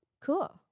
Cool